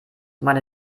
meine